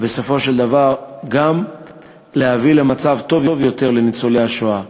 ובסופו של דבר גם להביא למצב טוב יותר לניצולי השואה.